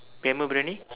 bamboo Briyani